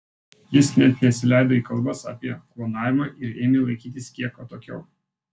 jis net nesileido į kalbas apie klonavimą ir ėmė laikytis kiek atokiau